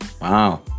Wow